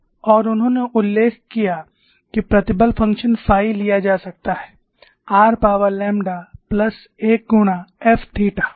और उन्होंने उल्लेख किया कि प्रतिबल फंक्शन फाई लिया जा सकता है r पावर लैम्ब्डा प्लस 1 गुणा f थीटा